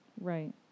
Right